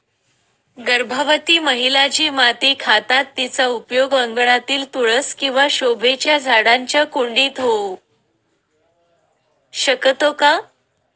गर्भवती महिला जी माती खातात तिचा उपयोग अंगणातील तुळस किंवा शोभेच्या झाडांच्या कुंडीत होऊ शकतो का?